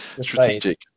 strategic